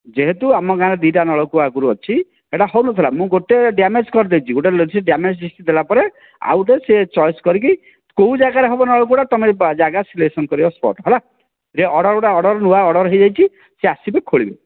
ଯେହେତୁ ଆମ ଗାଁରେ ଦୁଇ ଟା ନଳକୂଅ ଆଗରୁ ଅଛି ସେଇଟା ହେଉନଥିଲା ମୁଁ ଗୋଟେ ଡ୍ୟାମେଜ କରିଦେଇଛି ଗୋଟେ ଡ୍ୟାମେଜ ଲିଷ୍ଟ ଦେଲାପରେ ଆଉ ଗୋଟେ ସେ ଚଏସ କରିକି କେଉଁ ଜାଗାରେ ହେବ ନଳକୂଅ ଟା ତମେ ଜାଗା ସିଲେକ୍ସନ କରିବ ସ୍ପଟ ହେଲା ଅର୍ଡ଼ର ଗୋଟେ ନୂଆଁ ଅର୍ଡ଼ର ହେଇଯାଇଛି ସେ ଆସିକି ଖୋଳିବେ